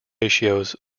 ratios